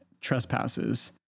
trespasses